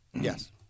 Yes